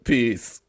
Peace